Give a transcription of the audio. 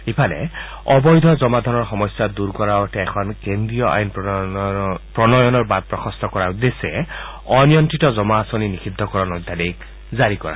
ইফালে অবৈধ জমা ধনৰ সমস্যা দূৰ কৰাৰ অৰ্থে এখন কেন্দ্ৰীয় আইন প্ৰণয়নৰ বাট প্ৰশস্ত কৰাৰ উদ্দেশ্যে অনিয়ন্ত্ৰিত জমা আঁচনি নিষিদ্ধকৰণ অধ্যাদেশ জাৰি কৰা হৈছে